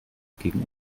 gegen